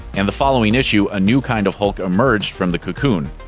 and the following issue, a new kind of hulk emerged from the cocoon,